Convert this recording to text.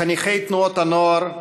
חניכי תנועות הנוער,